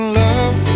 love